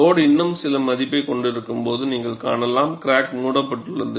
load இன்னும் சில மதிப்பைக் கொண்டிருக்கும்போது நீங்கள் காணலாம் கிராக் மூடப்பட்டுள்ளது